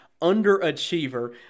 underachiever